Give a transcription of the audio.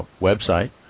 website